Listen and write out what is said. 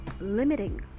limiting